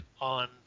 on